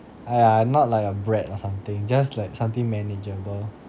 !aiya! not like a brat or something just like something manageable